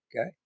okay